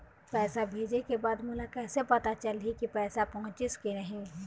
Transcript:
पैसा भेजे के बाद मोला कैसे पता चलही की पैसा पहुंचिस कि नहीं?